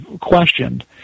questioned